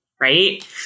right